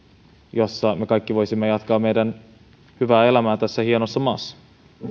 jossa me kaikki voisimme jatkaa meidän hyvää elämäämme tässä hienossa maassa